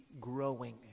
growing